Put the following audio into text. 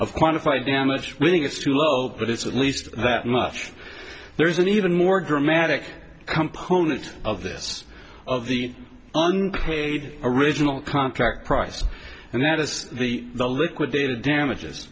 of quantify damage when it's too low but it's at least that much there is an even more dramatic component of this of the unpaid original contract price and that is the liquidated damages